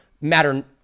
matter